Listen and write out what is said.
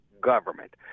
government